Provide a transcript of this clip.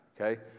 okay